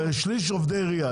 שליש עובדי עירייה,